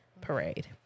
parade